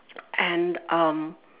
and um